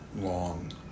long